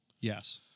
Yes